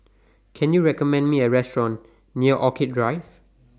Can YOU recommend Me A Restaurant near Orchid Drive